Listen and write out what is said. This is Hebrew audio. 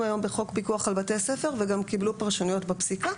היום בחוק פיקוח על בתי הספר וגם קיבלו פרשנויות בפסיקה.